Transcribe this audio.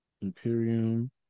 Imperium